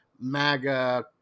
MAGA